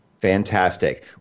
Fantastic